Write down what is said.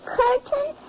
curtain